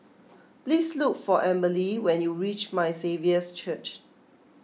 please look for Amberly when you reach My Saviour's Church